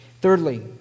Thirdly